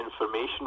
information